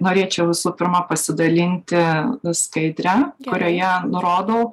norėčiau visų pirma pasidalinti skaidre kurioje rodau